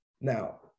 Now